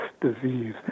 disease